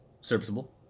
Serviceable